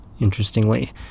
interestingly